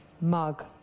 mug